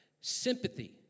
sympathy